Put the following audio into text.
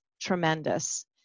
tremendous